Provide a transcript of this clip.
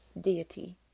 deity